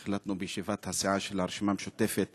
שהחלטנו עליו בישיבת הסיעה של הרשימה המשותפת